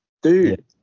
Dude